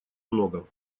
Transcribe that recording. много